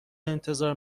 انتظار